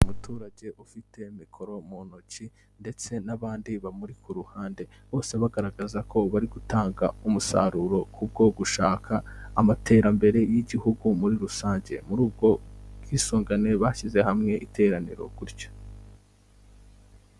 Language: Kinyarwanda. Umuturage ufite mikoro mu ntoki ndetse n'abandi bamuri ku ruhande. Bose bagaragaza ko bari gutanga umusaruro ku bwo gushaka amatembere y'igihugu muri rusange. Muri ubwo bwisungane bashyize hamwe iteraniro gutyo.